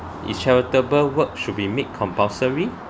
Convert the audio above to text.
is charitable work should be made compulsory